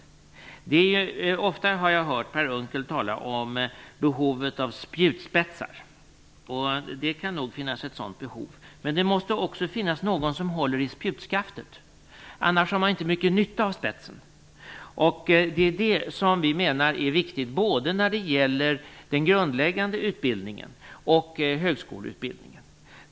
Jag har ofta hört Per Unckel tala om behovet av spjutspetsar, och det kan nog finnas ett sådant behov, men det måste också finnas någon som håller i spjutskaftet. Annars har man inte mycket nytta av spetsen. Det är det som vi menar är viktigt både när det gäller den grundläggande utbildningen och högskoleutbildningen.